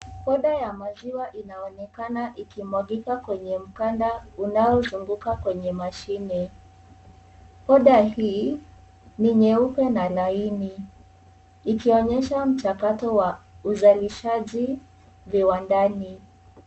Boda ya maziwa inaonekana ikimwagika kwenye mganda unaozunguka kwenye mashine. Boda hii ni nyeupe na laini. Ikionyesha mchakato wa uzalishaji viwandani.